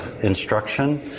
instruction